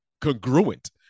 congruent